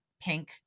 pink